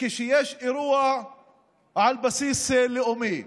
כשיש אירוע על בסיס לאומי,